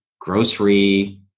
grocery